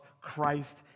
Christ